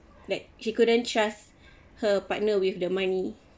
like she couldn't trust her partner with the money